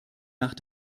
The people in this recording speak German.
nach